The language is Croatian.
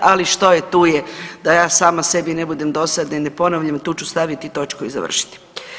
Ali što je tu je, da ja sama sebi ne budem dosadna i ne ponavljam, tu ću staviti točku i završiti.